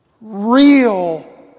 real